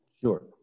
Sure